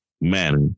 manner